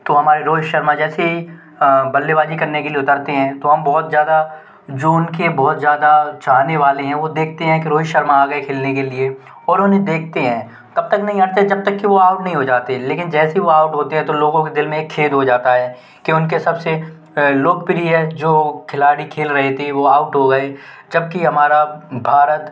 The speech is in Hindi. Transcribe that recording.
तो हमारे रोहित शर्मा जैसे बल्लेबाज़ी करने के लिए उतरते हैं तो हम बहुत ज़्यादा जो उनके बहुत ज़्यादा चाहने वाले हैं वो देखते है कि रोहित शर्मा आ गए खेलने के लिए और उन्हे देखते हैं तब तक नहीं आते जब तक वो आउट नहीं हो जाते लेकिन जैसे ही वो आउट होते है तो लोगों के दिल में एक खेद हो जाता है कि उनके सब से लोकप्रिय जो खिलाड़ी खेल रहे थे वो आउट हो गए जब कि हमारा भारत